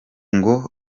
ngo